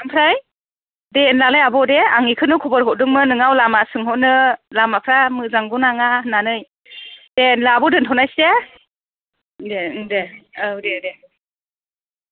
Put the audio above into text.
ओमफ्राय दे होमब्लालाय आब' दे आं बेखौनो खबर हरदोंमोन नोंनाव लामा सोंहरनो लामाफ्रा मोजां नंगौ ना नङा होन्नानै दे होनब्ला आब' दोन्थनोसै दे दे औ दे दे